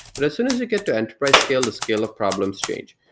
but as soon as it get to enterprise scale, the scale of problems change.